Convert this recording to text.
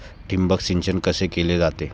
ठिबक सिंचन कसे केले जाते?